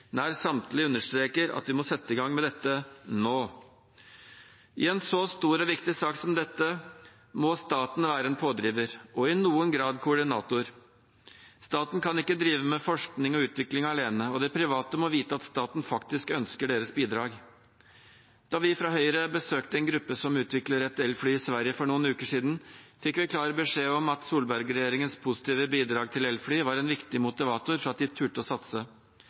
samtlige understreker at vi må sette i gang med dette nå. I en så stor og viktig sak som dette må staten være en pådriver og i noen grad koordinator. Staten kan ikke drive med forskning og utvikling alene, og de private må vite at staten faktisk ønsker deres bidrag. Da vi fra Høyre besøkte en gruppe som utvikler et elfly i Sverige for noen uker siden, fikk vi klar beskjed om at Solberg-regjeringens positive bidrag til elfly var en viktig motivator for at de turte å satse.